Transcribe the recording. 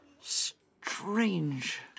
strange